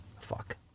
Fuck